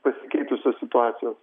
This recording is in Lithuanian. pasikeitusios situacijos